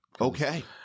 Okay